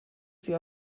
sie